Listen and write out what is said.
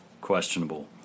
questionable